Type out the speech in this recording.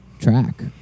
track